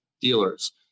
dealers